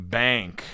bank